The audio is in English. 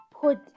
put